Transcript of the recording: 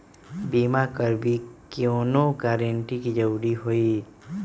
बिमा करबी कैउनो गारंटर की जरूरत होई?